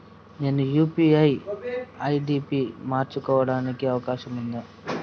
నేను UPI ID పి మార్చుకోవడానికి అవకాశం ఉందా?